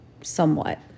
somewhat